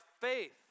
faith